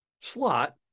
slot